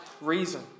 reason